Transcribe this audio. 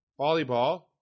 Volleyball